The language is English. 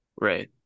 right